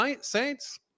Saints